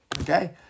Okay